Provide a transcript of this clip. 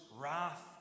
wrath